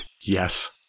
Yes